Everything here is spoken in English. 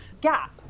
gap